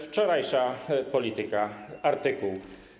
Wczorajsza ˝Polityka˝ i artykuł.